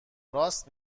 راست